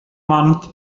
months